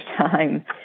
time